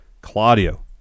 Claudio